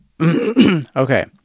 Okay